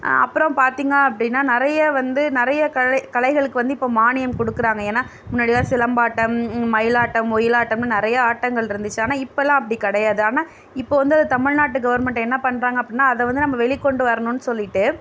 அப்புறம் பார்த்திங்க அப்படின்னா நிறைய வந்து நிறைய கலை கலைகளுக்கு வந்து இப்போ மானியம் கொடுக்குறாங்க ஏனால் முன்னாடியெலாம் சிலம்பாட்டம் மயிலாட்டம் ஒயிலாட்டம்னு நிறைய ஆட்டங்கள் இருந்துச்சு ஆனால் இப்போல்லாம் அப்படி கிடையாது ஆனால் இப்போ வந்து அது தமிழ்நாட்டு கவர்மெண்ட் என்ன பண்ணுறாங்க அப்பிட்னா அதை வந்து நம்ம வெளி கொண்டு வரணும்னு சொல்லிவிட்டு